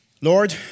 Lord